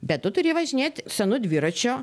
bet tu turi važinėt senu dviračiu